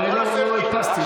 אדוני היושב-ראש,